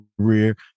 career